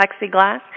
plexiglass